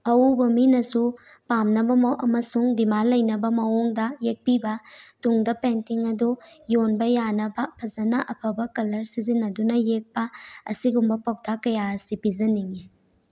ꯑꯎꯕ ꯃꯤꯅꯁꯨ ꯄꯥꯝꯅꯕ ꯑꯃꯁꯨꯡ ꯗꯤꯃꯥꯟ ꯂꯩꯅꯕ ꯃꯑꯣꯡꯗ ꯌꯦꯛꯄꯤꯕ ꯇꯨꯡꯗ ꯄꯦꯟꯇꯤꯡ ꯑꯗꯨ ꯌꯣꯟꯕ ꯌꯥꯅꯕ ꯐꯖꯅ ꯑꯐꯕ ꯀꯂꯔ ꯁꯤꯖꯤꯟꯅꯗꯨꯅ ꯌꯦꯛꯄ ꯑꯁꯤꯒꯨꯝꯕ ꯄꯥꯎꯇꯥꯛ ꯀꯌꯥ ꯑꯁꯤ ꯄꯤꯖꯅꯤꯡꯏ